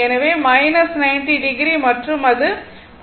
எனவே 90o மற்றும் அது 45o ஆகும்